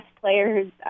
players